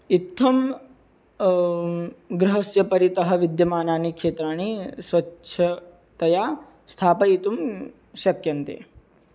इत्थं गृहस्य परितः विद्यमानानि क्षेत्राणि स्वच्छतया स्थापयितुं शक्यन्ते